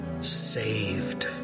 saved